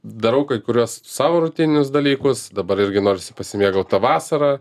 darau kai kuriuos savo rutininius dalykus dabar irgi norisi pasimėgauti ta vasara